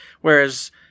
Whereas